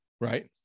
right